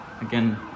again